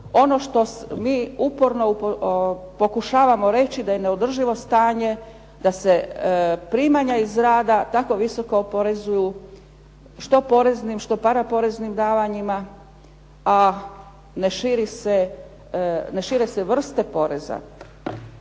ono što mi uporno pokušavamo reći da je neodrživo stanje, da se primanja iz rada tako visoko oporezuju što poreznim, što paraporeznim davanjima, a ne šire se vrste poreza.